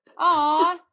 Aww